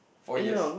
four years